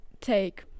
take